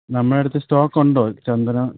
നമ്മുടെ അടുത്ത് സ്റ്റോക്ക് ഉണ്ടോ ചന്ദനം